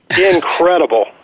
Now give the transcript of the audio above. incredible